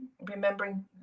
remembering